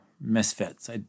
misfits